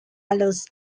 los